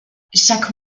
chaque